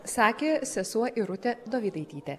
sakė sesuo irutė dovydaitytė